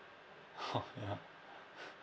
!huh! ya